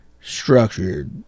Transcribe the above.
structured